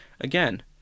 again